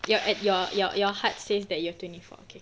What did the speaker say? you are at your your your heart says that you are twenty four okay